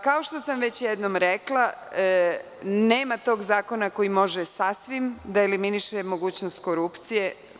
Kao što sam već jednom rekla, nema tog zakona koji može sasvim da eliminiše mogućnost korupcije.